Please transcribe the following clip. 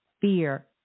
fear